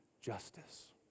justice